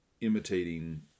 imitating